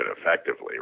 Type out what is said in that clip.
effectively